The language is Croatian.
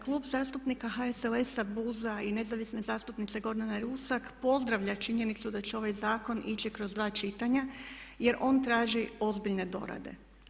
Klub zastupnika HSLS-a, BUZ-a i nezavisne zastupnice Gordane Rusak pozdravlja činjenicu da će ovaj zakon ići kroz dva čitanja jer on traži ozbiljne dorade.